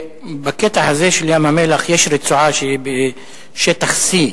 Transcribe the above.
בקטע הזה של ים המלח יש רצועה שבשטח C,